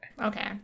Okay